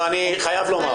אני חייב לומר.